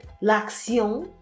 l'action